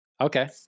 okay